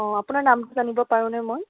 অঁ আপোনাৰ নামটো জানিব পাৰোঁনে মই